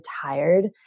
tired